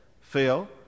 Phil